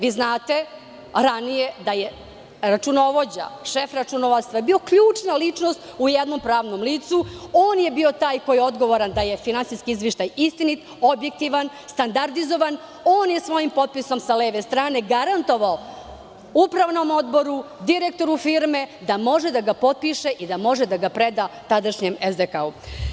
Vi znate ranije da je računovođa, šef računovodstva bio ključna ličnost u jednom pravnom licu, on je bio taj koji je odgovoran da je finansijski izveštaj istinit, objektivan, standardizovan, on je svojim potpisom sa leve strane garantovao upravnom odboru, direktoru firme da može da ga potpiše i da može da ga preda tadašnjem SDK.